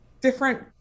different